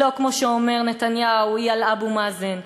לא כמו שאומר נתניהו שהיא על אבו מאזן,